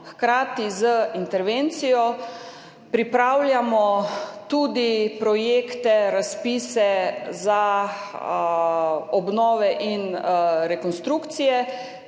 hkrati z intervencijo pripravljamo tudi projekte, razpise za obnove in rekonstrukcije.